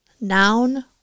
noun